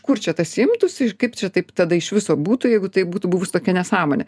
kur čia tas imtųsi kaip čia taip tada iš viso būtų jeigu tai būtų buvusi tokia nesąmonė